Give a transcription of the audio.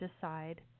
decide